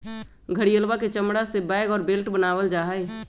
घड़ियलवा के चमड़ा से बैग और बेल्ट बनावल जाहई